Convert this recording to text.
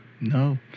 No